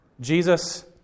Jesus